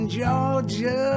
Georgia